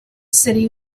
city